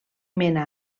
mena